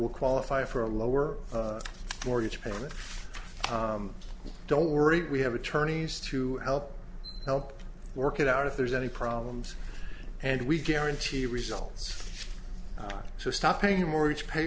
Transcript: will qualify for a lower mortgage payment don't worry we have attorneys to help help work it out if there's any problems and we guarantee results so stop paying your mortgage pay